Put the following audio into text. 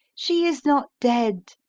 she is not dead,